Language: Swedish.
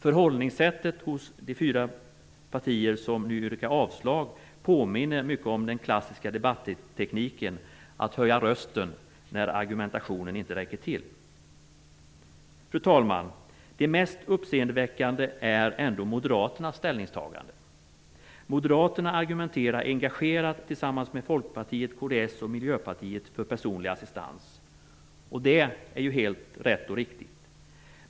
Förhållningssättet hos de fyra partier som nu yrkar avslag påminner mycket om den klassiska debattekniken att höja rösten när argumentationen inte räcker till. Fru talman! Det mest uppseendeväckande är ändå moderaternas ställningstagande. Moderaterna argumenterar engagerat tillsammans med Folkpartiet, kds och Miljöpartiet för personlig assistans, och det är helt rätt och riktigt.